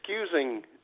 excusing